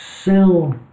sell